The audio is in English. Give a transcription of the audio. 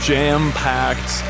Jam-packed